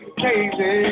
crazy